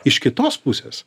iš kitos pusės